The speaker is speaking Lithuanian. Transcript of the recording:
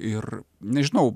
ir nežinau